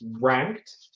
ranked